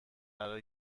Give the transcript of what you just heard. قرار